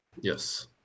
Yes